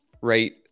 right